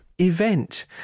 event